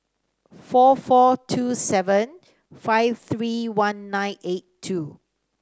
four four two seven five three one nine eight two